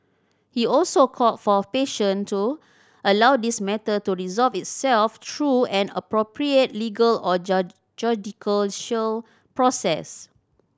he also called for patience to allow this matter to resolve itself through an appropriate legal or judicial show process